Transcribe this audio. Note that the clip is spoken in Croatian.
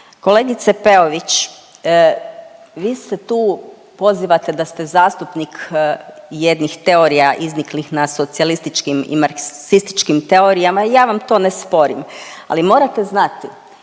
Kolegice Peović, vi se tu pozivate da ste zastupnik jednih teorija izniklih na socijalističkim i marksističkim teorijama. Ja vam to ne sporim, ali morate znati